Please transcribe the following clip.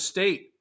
State